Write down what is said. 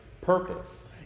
purpose